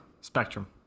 Spectrum